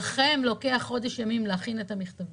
לוקח חודש שלם להכין את המבחנים